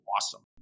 awesome